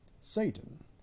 Satan